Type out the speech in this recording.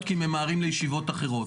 דיבור כי הם ממהרים לישיבות אחרות.